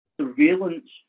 surveillance